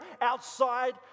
outside